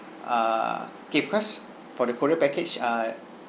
err K because for the korea package uh